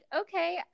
okay